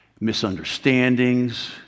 misunderstandings